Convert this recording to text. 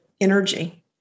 energy